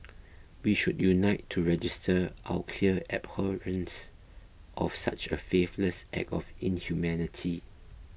we should unite to register our clear abhorrence of such a faithless act of inhumanity